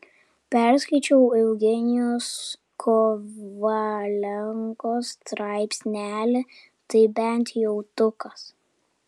perskaičiau eugenijaus kovalenkos straipsnelį tai bent jautukas